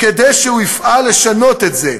כדי שהוא יפעל לשנות את זה.